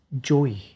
joy